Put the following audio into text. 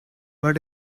but